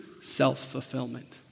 self-fulfillment